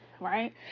right